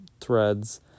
threads